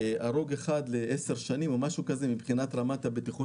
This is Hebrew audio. הרוג אחד לעשר שנים מבחינת רמת הבטיחות